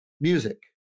music